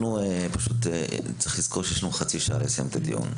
יש לנו חצי שעה לסיום הדיון,